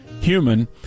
Human